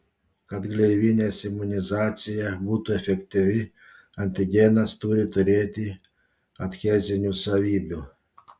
kad gleivinės imunizacija būtų efektyvi antigenas turi turėti adhezinių savybių